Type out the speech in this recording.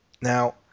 Now